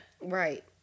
Right